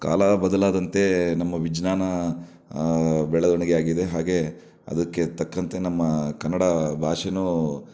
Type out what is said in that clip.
ಕಾಲ ಬದಲಾದಂತೆ ನಮ್ಮ ವಿಜ್ಞಾನ ಬೆಳವಣಿಗೆಯಾಗಿದೆ ಹಾಗೆ ಅದಕ್ಕೆ ತಕ್ಕಂತೆ ನಮ್ಮ ಕನ್ನಡ ಭಾಷೆಯೂ